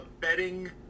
betting